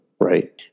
right